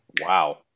Wow